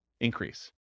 increase